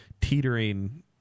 teetering